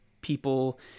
people